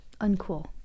Uncool